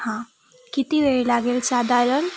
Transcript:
हां किती वेळ लागेल साधारण